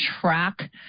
track